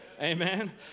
Amen